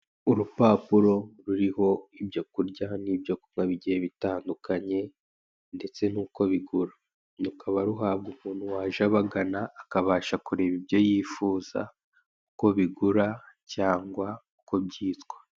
Urupapuro ruriho ibyo kurya n'ibyo kunywa bigiye bitandukanye, ndetse n'uko bigura rukaba ruhabwa umuntu waje abagana akabasha kureba ibyo yifuza, uko bigura, cyangwa uko byitwa.